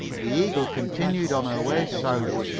the eagle continued on her way south,